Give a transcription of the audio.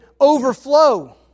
overflow